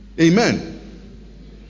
Amen